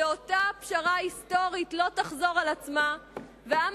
ואותה פשרה היסטורית לא תחזור על עצמה והעם